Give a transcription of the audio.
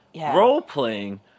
role-playing